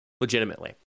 legitimately